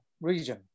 region